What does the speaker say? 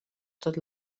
tot